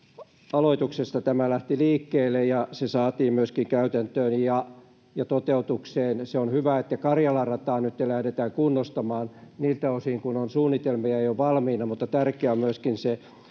aloituksesta tämä lähti liikkeelle ja se saatiin käytäntöön ja toteutukseen. Se on hyvä, että Karjalan rataa nytten lähdetään kunnostamaan niiltä osin kuin on suunnitelmia jo valmiina, mutta tärkeä on myöskin se